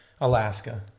Alaska